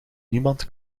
niemand